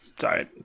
Sorry